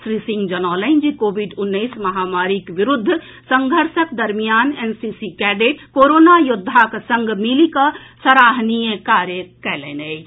श्री सिंह जनौलनि जे कोविड उन्नेस महामारीक विरूद्ध संघर्षक दरमियान एनसीसी कैडेट कोरोना योद्धाक संग मिलि कऽ सराहनीय कार्य कयलनि अछि